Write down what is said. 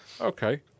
Okay